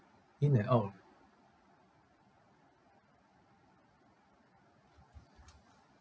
in and out orh